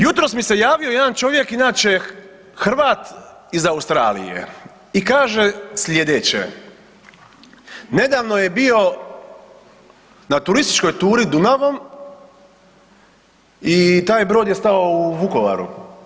Jutros mi se javio jedan čovjek, inače Hrvat iz Australije i kaže sljedeće, nedavno je bio na turističkoj turi Dunavom i taj brod je stao u Vukovaru.